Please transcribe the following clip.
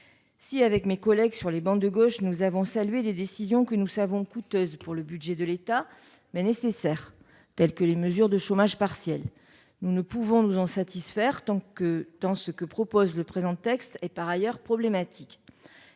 Si mes collègues siégeant sur les travées de gauche et moi-même avons salué des décisions que nous savons coûteuses pour le budget de l'État, mais nécessaires- telles que les mesures de chômage partiel -, nous ne pouvons nous en satisfaire tant ce que propose le présent texte est par ailleurs problématique.